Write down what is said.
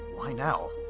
why now?